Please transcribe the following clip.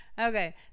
Okay